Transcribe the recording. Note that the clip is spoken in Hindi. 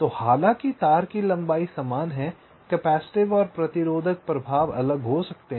तो हालांकि तार की लंबाई समान है कैपेसिटिव और प्रतिरोधक प्रभाव अलग हो सकते हैं